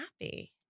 happy